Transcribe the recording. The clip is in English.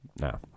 no